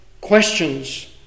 questions